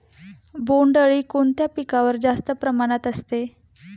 बोंडअळी कोणत्या पिकावर जास्त प्रमाणात असते?